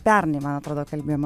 pernai man atrodo kalbėjom